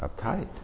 uptight